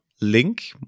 link